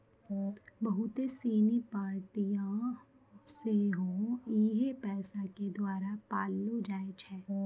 बहुते सिनी पार्टियां सेहो इहे पैसा के द्वारा पाललो जाय छै